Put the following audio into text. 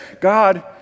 God